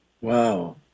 Wow